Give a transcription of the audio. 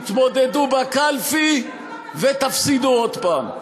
תתמודדו בקלפי ותפסידו עוד פעם.